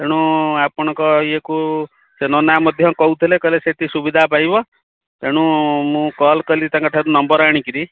ତେଣୁ ଆପଣଙ୍କ ଇଏକୁ ସେ ନନା ମଧ୍ୟ କହୁଥିଲେ କହିଲେ ସେଠି ସୁବିଧା ପାଇବ ତେଣୁ ମୁଁ କଲ କଲି ତାଙ୍କ ଠାରୁ ନମ୍ବର ଆଣିକରି